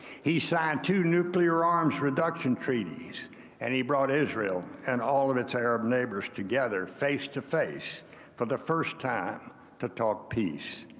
he signed two nuclear arms reduction treaties and brought isreal and all of its arab neighbors together face to face for the first time to talk peace.